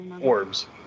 orbs